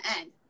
end